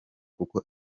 kuko